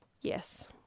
Yes